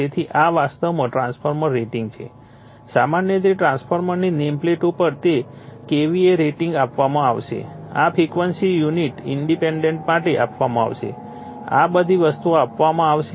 તેથી આ વાસ્તવમાં ટ્રાન્સફોર્મર રેટિંગ છે સામાન્ય રીતે ટ્રાન્સફોર્મરની નેમપ્લેટ ઉપર તે KVA રેટિંગ આપવામાં આવશે આ ફ્રીક્વન્સી યુનિટ ઈમ્પીડેન્સ માટે આપવામાં આવશે આ બધી વસ્તુઓ આપવામાં આવશે